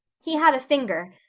he had a finger.